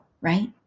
right